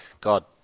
God